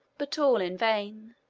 but all in vain.